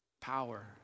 power